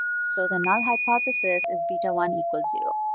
so the null hypothesis is beta one equals zero.